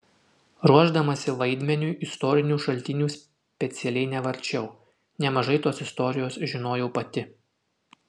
ruošdamasi vaidmeniui istorinių šaltinių specialiai nevarčiau nemažai tos istorijos žinojau pati